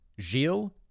Gilles